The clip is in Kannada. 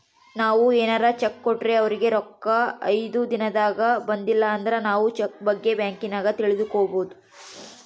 ನಾವು ಏನಾರ ಚೆಕ್ ಕೊಟ್ರೆ ಅವರಿಗೆ ರೊಕ್ಕ ಐದು ದಿನದಾಗ ಬಂದಿಲಂದ್ರ ನಾವು ಚೆಕ್ ಬಗ್ಗೆ ಬ್ಯಾಂಕಿನಾಗ ತಿಳಿದುಕೊಬೊದು